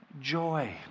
joy